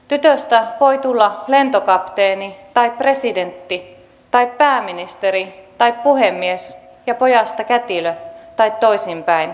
tytöstä voi tulla lentokapteeni tai presidentti tai pääministeri tai puhemies ja pojasta kätilö tai toisinpäin